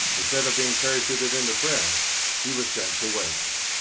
instead of being parachuted into france he was sent to wales.